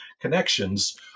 connections